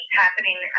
happening